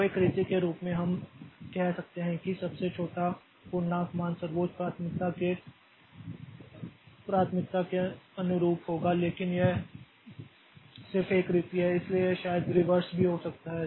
तो एक रीति के रूप में हम कह सकते हैं कि सबसे छोटा पूर्णांक मान सर्वोच्च प्राथमिकता के अनुरूप होगा लेकिन यह सिर्फ एक रीति है इसलिए यह शायद रिवर्स भी हो सकता है